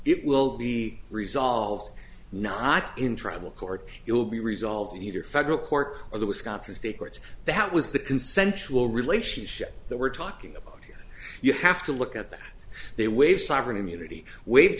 it will be resolved not in tribal court it will be resolved in either federal court or the wisconsin state courts that was the consensual relationship that we're talking about you have to look at that they way sovereign immunity waive